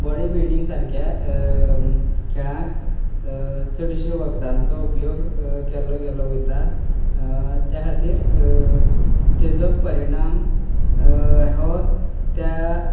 body building सारकें खेळांक चडशें वखदांचो उपयोग केल्लो गेलो वयता ते खातीर तेजो परिणाम हो त्या